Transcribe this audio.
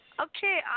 Okay